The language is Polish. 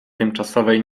tymczasowej